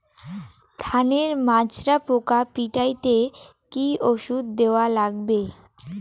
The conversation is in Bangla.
ধানের মাজরা পোকা পিটাইতে কি ওষুধ দেওয়া লাগবে?